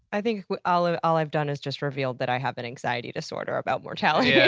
i think all ah all i've done is just revealed that i have an anxiety disorder about mortality. yeah